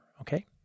Okay